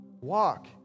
Walk